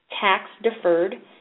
tax-deferred